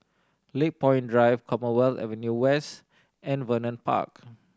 Lakepoint Drive Commonwealth Avenue West and Vernon Park